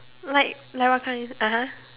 like like what kind (uh huh)